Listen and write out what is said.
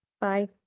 Bye